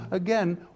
Again